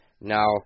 Now